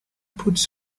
puts